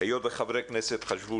היות וחברי הכנסת חשבו